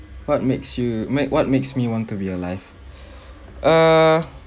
what makes you make what makes me want to be alive err